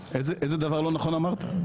איזה דבר לא נכון אמרתי?